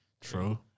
True